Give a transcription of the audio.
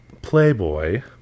playboy